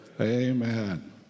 amen